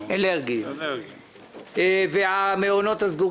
אבל באמצע שנה להוציא מהמעונות 450 פעוטות כך שהורים